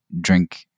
drink